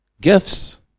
gifts